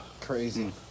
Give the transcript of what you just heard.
Crazy